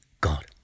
God